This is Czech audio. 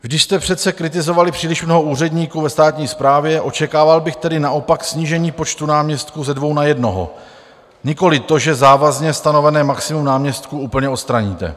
Když jste přece kritizovali příliš mnoho úředníků ve státní správě, očekával bych tedy naopak snížení počtu náměstků ze dvou na jednoho, nikoli to, že závazně stanovené maximum náměstků úplně odstraníte.